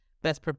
Best